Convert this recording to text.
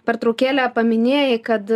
pertraukėlę paminėjai kad